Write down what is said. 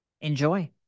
enjoy